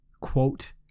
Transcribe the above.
quote